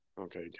Okay